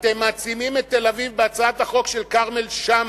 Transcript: אתם מעצימים את תל-אביב בהצעת החוק של כרמל שאמה.